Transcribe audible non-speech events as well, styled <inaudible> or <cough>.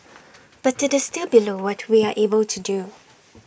<noise> but IT is still below what we are able to do